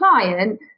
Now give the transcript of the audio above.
client